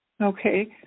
Okay